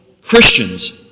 Christians